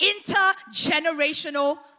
intergenerational